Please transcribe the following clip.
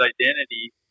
identity